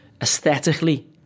aesthetically